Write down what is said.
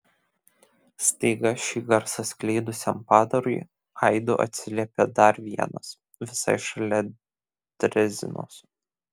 staiga šį garsą skleidusiam padarui aidu atsiliepė dar vienas visai šalia drezinos